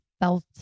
felt